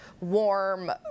warm